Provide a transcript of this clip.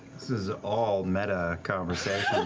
this is all meta conversation.